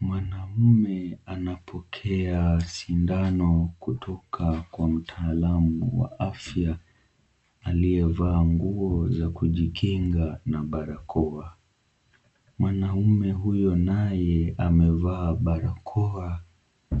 Mwanamume anapokea sindano kutoka kwa mtaalamu wa afya, aliyevaa nguo za kujikinga na barakoa. Mwanaume huyo naye amevaa barakoa,